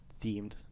themed